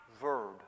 verb